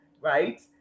right